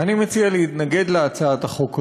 אני מציע להתנגד להצעת החוק הזאת,